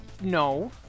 No